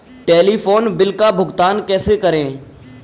Telephone bill का भुगतान कैसे करें?